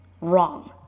Wrong